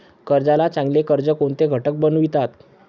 कर्जाला चांगले कर्ज कोणते घटक बनवितात?